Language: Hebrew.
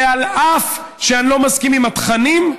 ואף שאני לא מסכים לתכנים,